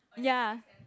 ya